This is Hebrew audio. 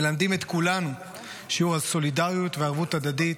מלמדים את כולנו שיעור על סולידריות וערבות הדדית,